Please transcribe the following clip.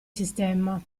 sistema